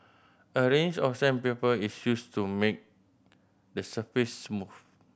a range of sandpaper is used to make the surface smooth